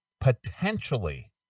potentially